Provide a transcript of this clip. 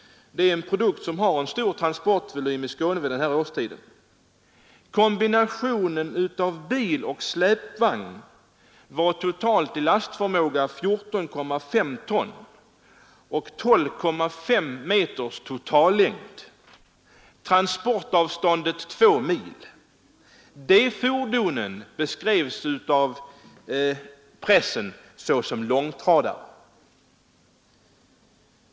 Betor är en produkt som har stor transportvolym i Skåne vid den här årstiden. Kombinationen av bil och släpvagn hade en total lastförmåga på 14,5 ton och en total längd på 12,5 meter. Transportavståndet var två mil. De fordonen beskrevs i pressen som långtradare.